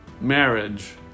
marriage